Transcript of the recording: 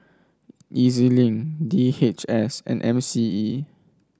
E Z Link D H S and M C E